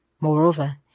Moreover